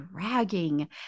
dragging